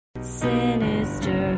Sinister